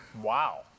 Wow